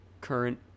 current